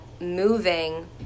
moving